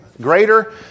greater